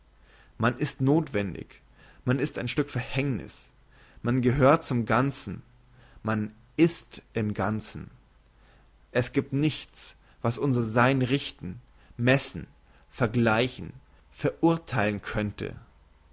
man ist nothwendig man ist ein stück verhängniss man gehört zum ganzen man ist im ganzen es giebt nichts was unser sein richten messen vergleichen verurtheilen könnte